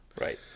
Right